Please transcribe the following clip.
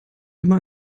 immer